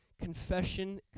confession